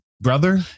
brother